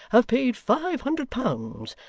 have paid five hundred pounds,